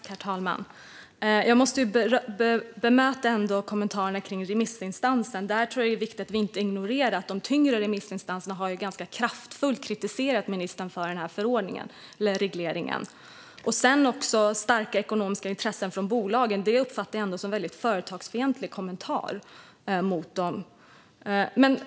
Herr talman! Jag måste bemöta kommentarerna om remissinstanserna. Jag tror att det är viktigt att vi inte ignorerar att de tyngre remissinstanserna har kritiserat ministern ganska kraftfullt när det gäller den här regleringen. Ministern säger att det handlar om starka ekonomiska intressen för bolagen. Det uppfattar jag som en väldigt företagsfientlig kommentar.